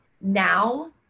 now